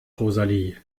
rosalie